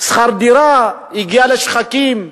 שכר הדירה הגיע לשחקים.